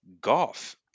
golf